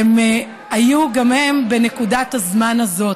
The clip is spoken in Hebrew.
היו גם הם בנקודת הזמן הזאת.